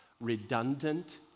redundant